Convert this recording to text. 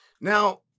Now